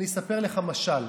אני אספר לך משל.